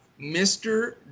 Mr